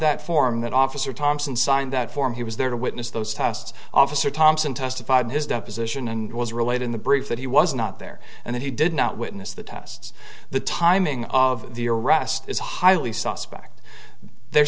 that form that officer thompson signed that form he was there to witness those tests officer thompson testified in his deposition and was relayed in the brief that he was not there and that he did not witness the test the timing of the arrest is highly suspect they're